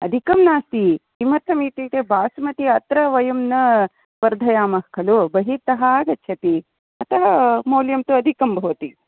अधिकं नास्ति किमर्थं इत्युक्ते बासमती अत्र वयं न वर्धयामः खलु बहिः तः आगच्छति अतः मूल्यं तु अधिकं भवति